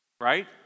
right